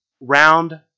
round